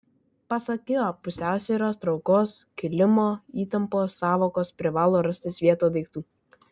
pasak jo pusiausvyros traukos kilimo įtampos sąvokos privalo rastis vietoj daiktų